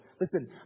Listen